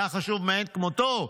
היה חשוב מאין כמותו,